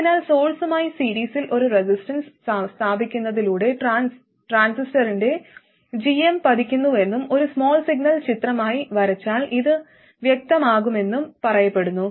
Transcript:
അതിനാൽ സോഴ്സ്സുമായി സീരീസിൽ ഒരു റെസിസ്റ്റൻസ് സ്ഥാപിക്കുന്നതിലൂടെ ട്രാൻസിസ്റ്ററിന്റെ gm പതിക്കുന്നുവെന്നും ഒരു സ്മാൾ സിഗ്നൽ ചിത്രമായി വരച്ചാൽ ഇത് വ്യക്തമാകുമെന്നും പറയപ്പെടുന്നു